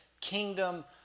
kingdom